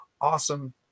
awesome